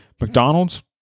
McDonald's